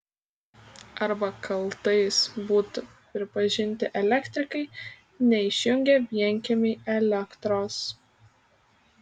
arba kaltais būtų pripažinti elektrikai neišjungę vienkiemiui elektros